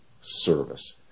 service